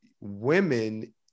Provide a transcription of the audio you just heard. women